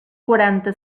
quaranta